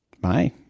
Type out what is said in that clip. Bye